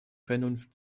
vernunft